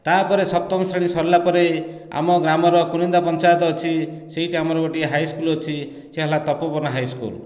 ତାପରେ ସପ୍ତମ ଶ୍ରେଣୀ ସରିଲା ପରେ ଆମ ଗ୍ରାମର କୁରୁନ୍ଦା ପଞ୍ଚାୟତ ଅଛି ସେଇଠି ଆମର ଗୋଟିଏ ହାଇସ୍କୁଲ୍ ଅଛି ସେ ହେଲା ତପୋବନ ହାଇସ୍କୁଲ୍